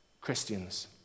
Christians